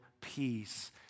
peace